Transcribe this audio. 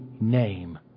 name